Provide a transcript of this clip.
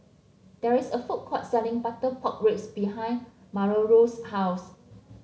there is a food court selling Butter Pork Ribs behind Milagros' house